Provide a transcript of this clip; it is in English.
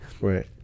right